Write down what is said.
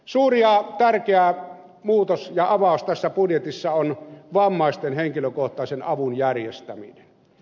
suuri ja tärkeä muutos ja avaus tässä budjetissa on vammaisten henkilökohtaisen avun järjestäminen